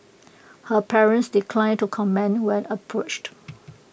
her parents declined to comment when approached